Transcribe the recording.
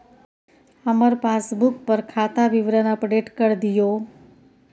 हमर पासबुक पर खाता विवरण अपडेट कर दियो